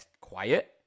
quiet